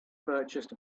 purchased